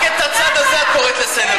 רק את הצד הזה את קוראת לסדר.